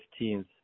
15th